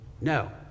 No